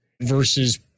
versus